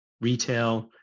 retail